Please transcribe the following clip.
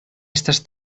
estas